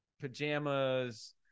pajamas